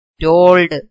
told